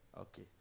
Okay